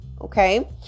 okay